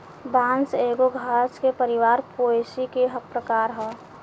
बांस एगो घास के परिवार पोएसी के प्रकार ह